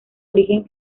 origen